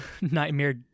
nightmare